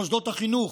מוסדות החינוך,